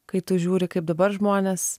kai tu žiūri kaip dabar žmonės